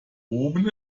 oben